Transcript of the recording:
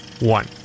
one